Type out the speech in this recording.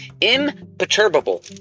imperturbable